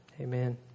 Amen